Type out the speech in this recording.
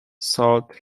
sold